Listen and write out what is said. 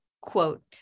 quote